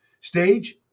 stage